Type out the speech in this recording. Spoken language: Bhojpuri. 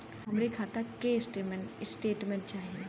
हमरे खाता के स्टेटमेंट चाही?